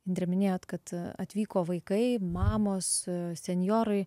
indre minėjot kad atvyko vaikai mamos senjorai